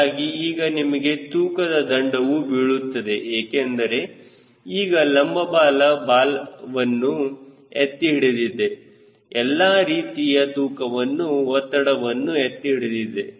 ಹೀಗಾಗಿ ಈಗ ನಿಮಗೆ ತೂಕದ ದಂಡವು ಬೀಳುತ್ತಿದೆ ಏಕೆಂದರೆ ಈಗ ಲಂಬ ಬಾಲವು ಬಾಲವನ್ನು ಎತ್ತಿಹಿಡಿದಿದೆ ಎಲ್ಲಾ ರೀತಿಯ ತೂಕವನ್ನು ಒತ್ತಡವನ್ನು ಎತ್ತಿಹಿಡಿದಿದೆ